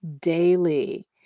daily